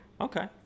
Okay